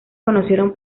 conocieron